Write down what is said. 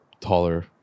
taller